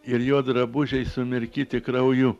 ir jo drabužiai sumirkyti krauju